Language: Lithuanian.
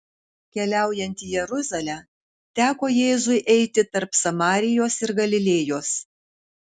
keliaujant į jeruzalę teko jėzui eiti tarp samarijos ir galilėjos